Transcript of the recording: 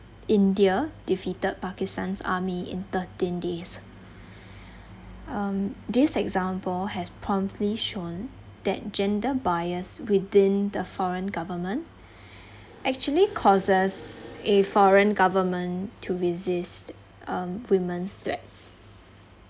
india defeated pakistan's army in thirteen days um this example has promptly shown that gender bias within the foreign government actually causes a foreign government to resist um women's threats